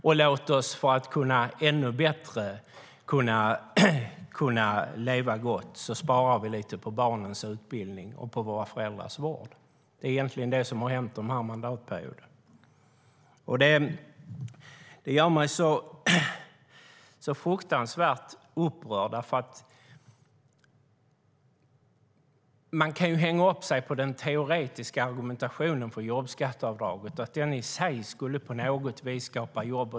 För att vi ska kunna leva ännu bättre sparar vi lite grann på barnens utbildning och på våra föräldrars vård. Det är egentligen det som har hänt under den här mandatperioden. Det gör mig så fruktansvärt upprörd. Man kan hänga upp sig på den teoretiska argumentationen i fråga om jobbskatteavdraget och att jobbskatteavdraget i sig på något sätt skulle skapa jobb.